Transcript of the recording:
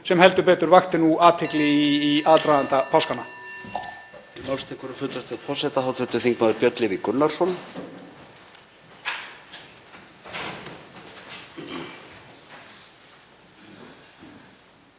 sem heldur betur vakti nú athygli í aðdraganda páska.